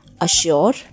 assure